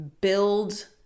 build